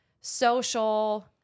social